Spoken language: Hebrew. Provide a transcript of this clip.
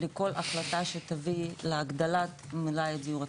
לכל החלטה שתביא להגדלת מלאי הדיור הציבורי,